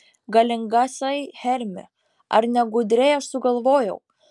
galingasai hermi ar ne gudriai aš sugalvojau